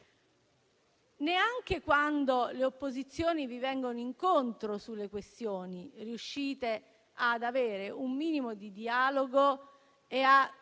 Neanche quando le opposizioni vi vengono incontro sulle questioni riuscite ad avere un minimo di dialogo e a